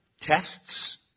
tests